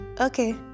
Okay